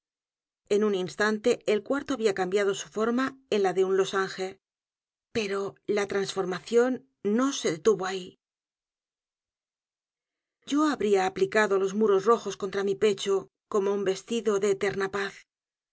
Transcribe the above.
en u n instante el cuarto había cambiado su forma en la de un losange pero la trasformación no se detuvo ahí yo habría aplicado los muros rojos contra mi pecho como un vestido de eterna paz